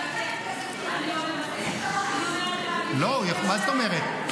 על ------ מה זאת אומרת?